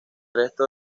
resto